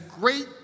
great